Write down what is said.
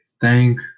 thank